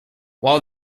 while